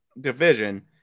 division